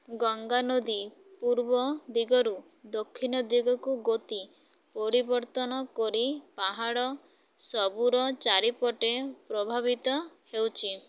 ଗଙ୍ଗା ନଦୀ ପୂର୍ବ ଦିଗରୁ ଦକ୍ଷିଣ ଦିଗକୁ ଗତି ପରିବର୍ତ୍ତନ କରି ପାହାଡ଼ ସବୁର ଚାରିପଟେ ପ୍ରବାହିତ ହେଉଛି